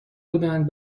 بودند